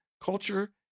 culture